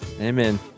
Amen